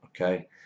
okay